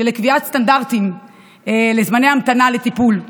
לקביעת סטנדרטים לזמני המתנה לטיפול.